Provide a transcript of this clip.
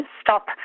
stop